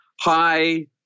hi